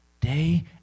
day